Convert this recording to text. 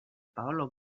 paolo